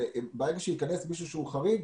ברגע שייכנס מישהו שהוא חריג,